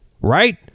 right